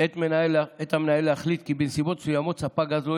את המנהל להחליט כי בנסיבות מסוימות ספק גז לא